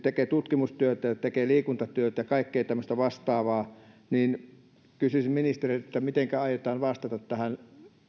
tekevät tutkimustyötä ne tekevät liikuntatyötä ja kaikkea tämmöistä vastaavaa niin kysyisin ministeriltä mitenkä aiotaan vastata tähän